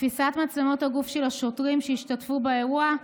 תפיסת מצלמות הגוף של השוטרים שהשתתפו באירוע,